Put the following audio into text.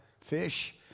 fish